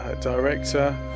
director